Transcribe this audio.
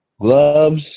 gloves